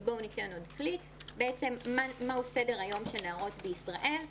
מה הוא סדר-היום של נערות בישראל?